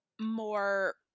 more